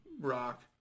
rock